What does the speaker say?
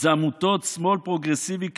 אלה עמותות שמאל פרוגרסיבי קיצוני,